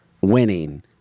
winning